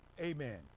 amen